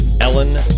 Ellen